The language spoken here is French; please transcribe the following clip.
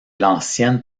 l’ancienne